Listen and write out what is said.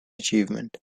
achievement